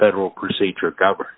federal procedure cover